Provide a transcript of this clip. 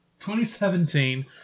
2017